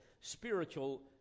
spiritual